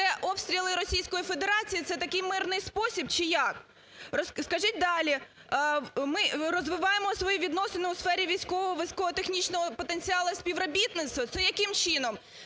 Це обстріли Російської Федерації, це такий мирний спосіб чи як? Скажіть далі. Ми розвиваємо свої відносини у сфері військового і військово-технічного потенціалу і співробітництва, це яким чином?